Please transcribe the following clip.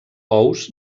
ous